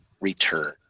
Return